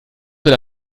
will